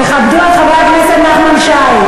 תכבדו את חבר הכנסת נחמן שי.